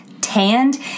tanned